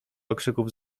okrzyków